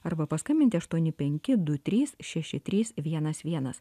arba paskambinti aštuoni penki du trys šeši trys vienas vienas